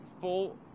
full